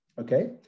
okay